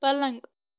پلنٛگ